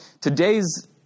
Today's